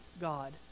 God